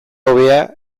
hobea